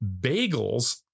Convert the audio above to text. bagels